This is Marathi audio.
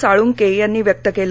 साळुखे यांनी व्यक्त केलं